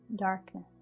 darkness